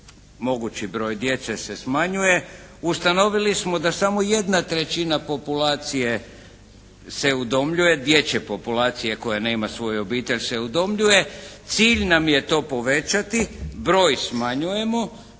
mogući broj djece se smanjuje. Ustanovili smo da samo jedna trećina populacije se udomljuje, dječje populacije koja nema svoju obitelj se udomljuje. Cilj nam je to povećati, broj smanjujemo,